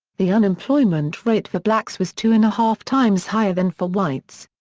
the unemployment rate for blacks was two and a half times higher than for whites.